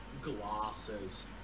glasses